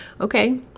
okay